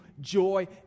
joy